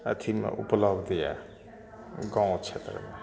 अथीमे उपलब्ध यऽ गाम छै ओहिमे